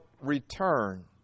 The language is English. return